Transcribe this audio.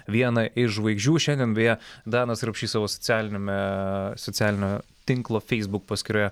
viena iš žvaigždžių šiandien beje danas rapšys savo socialiniame socialinio tinklo feisbuk paskyroje